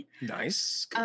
Nice